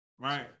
Right